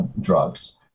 drugs